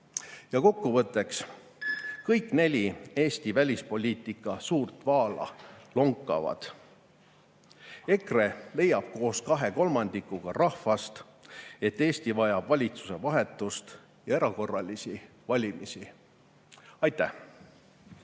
kokkuvõtteks. Kõik neli Eesti välispoliitika suurt vaala lonkavad. EKRE leiab koos kahe kolmandikuga rahvast, et Eesti vajab valitsuse vahetust ja erakorralisi valimisi. Aitäh!